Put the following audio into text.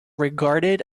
regarded